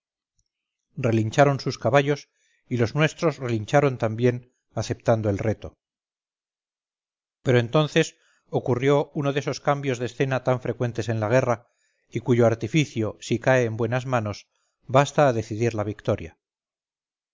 relincharon sus caballos y los nuestros relincharon también aceptando el reto pero entonces ocurrió uno de esos cambios de escena tan frecuentes en la guerra y cuyo artificio si cae en buenas manos basta a decidir la victoria